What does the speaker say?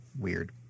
weird